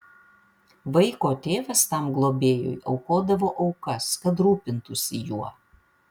vaiko tėvas tam globėjui aukodavo aukas kad rūpintųsi juo